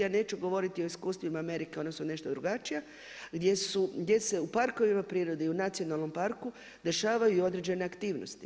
Ja neću govoriti o iskustvima Amerike ona su nešto drugačija, gdje se u parkovima prirode i u nacionalnom parku dešavaju određene aktivnosti.